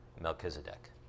Melchizedek